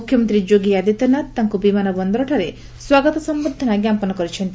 ମୁଖ୍ୟମନ୍ତ୍ରୀ ଯୋଗୀ ଆଦିତ୍ୟନାଥ ତାଙ୍କୁ ବିମାନ ବନ୍ଦରଠାରେ ସ୍ୱାଗତ ସମ୍ଭର୍ଦ୍ଧନା ଜ୍ଞାପନ କରିଛନ୍ତି